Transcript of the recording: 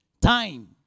Time